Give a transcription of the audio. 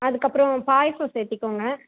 அதுக்கப்புறம் பாயாசம் சேத்துக்கோங்க